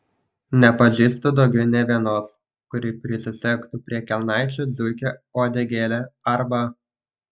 nepažįstu daugiau nė vienos kuri prisisegtų prie kelnaičių zuikio uodegėlę arba